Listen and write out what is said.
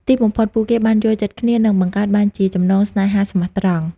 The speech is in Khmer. ទីបំផុត ពួកគេបានយល់ចិត្តគ្នា និងបង្កើតបានជាចំណងស្នេហាស្មោះត្រង់។